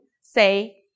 say